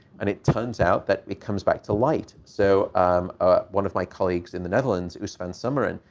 and it turns out that it comes back to light. so um ah one of my colleagues in the netherlands, eus van someren,